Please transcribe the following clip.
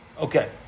Okay